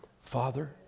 Father